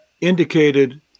indicated